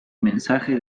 mensaje